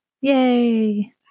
yay